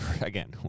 Again